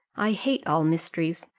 i hate all mysteries,